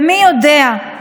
ומי יודע,